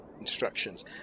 instructions